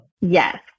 Yes